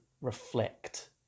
reflect